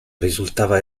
risultava